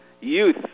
youth